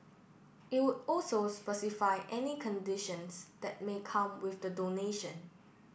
it would also specify any conditions that may come with the donation